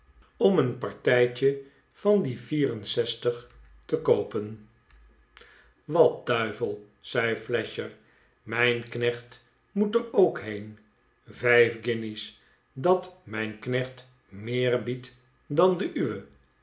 om een partijtje van dien vierenzestig te koopen wat duivel zei flasher mijn knecht moet er ook heen vijf guinjes dat mijn knecht meer biedt dan de uwe